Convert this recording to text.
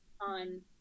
on